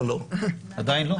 לא, עדיין לא.